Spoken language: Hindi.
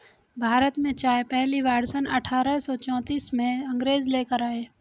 भारत में चाय पहली बार सन अठारह सौ चौतीस में अंग्रेज लेकर आए